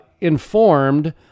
informed